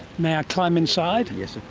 may i climb inside? yes of